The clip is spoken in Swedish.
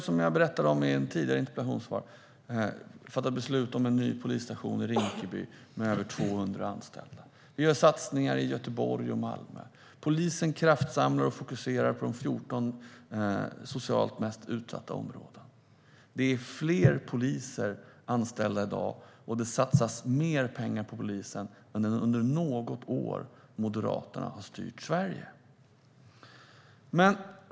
Som jag berättade i ett tidigare interpellationssvar har vi fattat beslut om en ny polisstation i Rinkeby med över 200 anställda. Vi gör satsningar i Göteborg och Malmö. Polisen kraftsamlar och fokuserar på de 14 socialt mest utsatta områdena. Det är fler poliser anställda i dag, och det satsas mer pengar på polisen än under något år som Moderaterna styrde Sverige.